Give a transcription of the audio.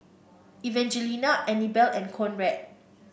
Evangelina Anibal and Conrad